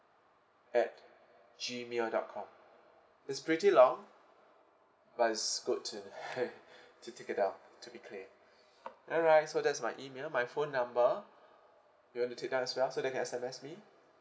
at gmail dot com it's pretty long but it's good to to take it down to be clear alright so that's my email my phone number you want to take down as well so that you can S_M_S me